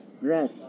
Red